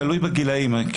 תלוי בגילאים.